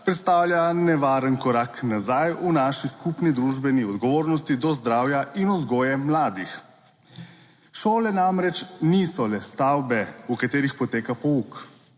predstavlja nevaren korak nazaj v naši skupni družbeni odgovornosti do zdravja in vzgoje mladih. Šole namreč niso le stavbe, v katerih poteka pouk,